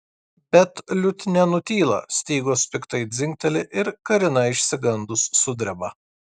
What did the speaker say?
bet liutnia nutyla stygos piktai dzingteli ir karina išsigandus sudreba